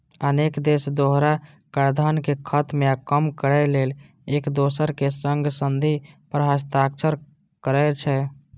अनेक देश दोहरा कराधान कें खत्म या कम करै लेल एक दोसरक संग संधि पर हस्ताक्षर करै छै